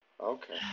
Okay